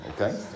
okay